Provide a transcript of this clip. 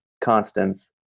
constants